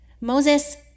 Moses